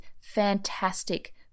fantastic